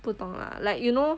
不懂 lah like you know